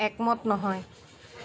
একমত নহয়